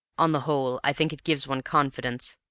on the whole i think it gives one confidence.